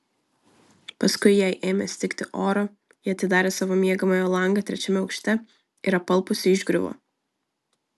paskui jai ėmė stigti oro ji atidarė savo miegamojo langą trečiame aukšte ir apalpusi išgriuvo